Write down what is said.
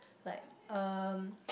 like um